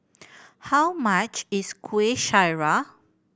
how much is Kuih Syara